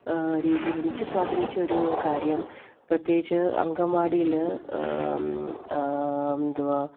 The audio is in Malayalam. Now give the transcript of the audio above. രീതിയിൽ എനിക്ക് സ്വാധീനിച്ച ഒരു കാര്യം പ്രത്യേകിച്ച് അങ്കണവാടിയില് എന്താണ്